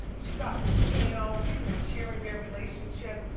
she got with geno. people were cheering their relationship.